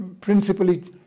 principally